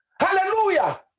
hallelujah